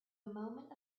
moment